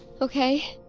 Okay